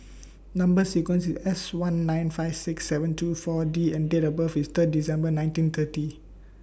Number sequence IS S one nine five six seven two four D and Date of birth IS Third December nineteen thirty